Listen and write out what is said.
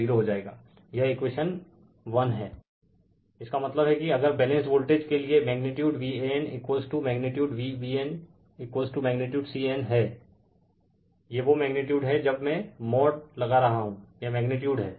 Refer Slide Time 1142 इसका मतलब है कि अगर बैलेंस्ड वोल्टेज के लिए magnitude Van magnitude Vbn magnitude Vcn हैं ये वो मैग्नीटयूड है जब में मोड़ लगा रहा हूँ ये मैग्नीटयूड हैं